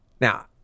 Now